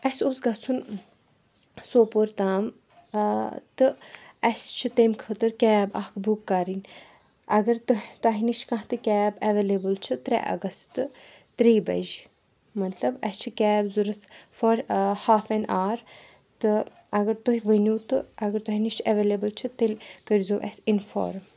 اَسہِ اوس گژھُن سوپور تام تہٕ اَسہِ چھُ تیٚمہِ خٲطرٕ کیب اَکھ بُک کَرٕنۍ اگر تُہۍ تۄہہِ نِش کانٛہہ تہِ کیب ایویلیبٕل چھِ ترٛےٚ اَگَست ترٛیٚیہِ بَجہِ مطلب اَسہِ چھِ کیب ضوٚرَتھ فار ہاف این آوَر تہٕ اگر تُہۍ ؤنِو تہٕ اگر تۄہہِ نِش ایٚویلیبٕل چھِ تیٚلہِ کٔرۍ زیٚو اَسہِ اِنفارم